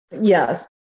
Yes